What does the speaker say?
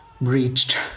breached